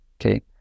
Okay